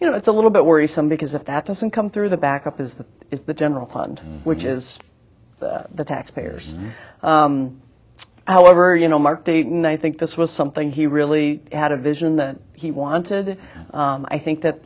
you know it's a little bit worrisome because if that doesn't come through the backup is that is the general fund which is the taxpayers however you know mark dayton i think this was something he really had a vision that he wanted i think that